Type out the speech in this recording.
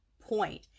point